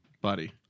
Buddy